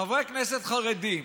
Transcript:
חברי הכנסת חרדים,